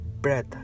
breath